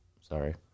Sorry